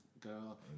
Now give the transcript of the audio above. girl